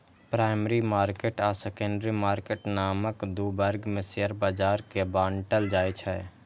primary market आ secondary market नामक दू वर्ग मे शेयर बाजार कें बांटल जाइ छै